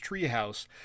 treehouse